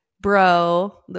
bro